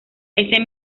ese